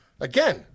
Again